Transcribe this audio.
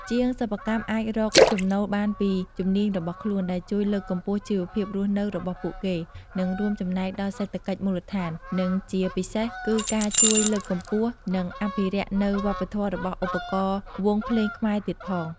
ជាងសិប្បកម្មអាចរកចំណូលបានពីជំនាញរបស់ខ្លួន ដែលជួយលើកកម្ពស់ជីវភាពរស់នៅរបស់ពួកគេ និងរួមចំណែកដល់សេដ្ឋកិច្ចមូលដ្ឋាន និងជាពិសេសគឺការជួយលើកកម្ពស់និងអភិរក្សនៅវប្បធម៌របស់ឧបករណ៍វង់ភ្លេងខ្មែរទៀតផង។